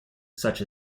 such